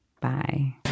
Bye